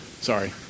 Sorry